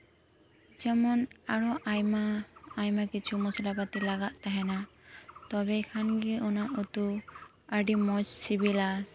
ᱡᱮᱢᱚᱱ ᱟᱨᱦᱚᱸ ᱟᱭᱢᱟ ᱟᱭᱢᱟ ᱠᱤᱪᱷᱩ ᱢᱚᱥᱞᱟ ᱯᱟᱛᱤ ᱞᱟᱜᱟᱜ ᱛᱟᱦᱮᱱᱟ ᱛᱚᱵᱮ ᱠᱷᱟᱱ ᱜᱮ ᱚᱱᱟ ᱩᱛᱩ ᱟᱹᱰᱤ ᱢᱚᱸᱡᱽ ᱥᱤᱵᱤᱞᱟ